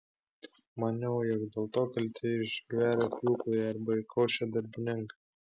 maniau jog dėl to kalti išgverę pjūklai arba įkaušę darbininkai